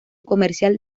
comercial